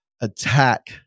attack